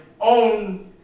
own